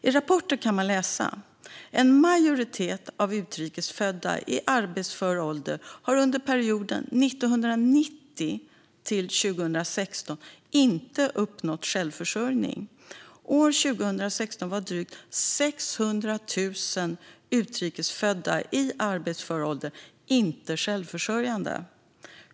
I rapporten kan man läsa följande: "En majoritet av utrikes födda i arbetsför ålder har under perioden 1990 till 2016 inte uppnått självförsörjning. År 2016 var drygt 600 000 utrikes födda i arbetsför ålder inte självförsörjande.